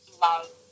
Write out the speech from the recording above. love